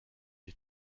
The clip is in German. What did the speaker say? die